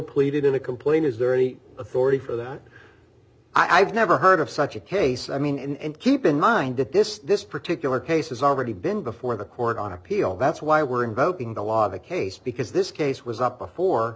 pleaded in a complaint is there any authority for that i've never heard of such a case i mean and keep in mind that this this particular case has already been before the court on appeal that's why we're invoking the law of a case because this case was up before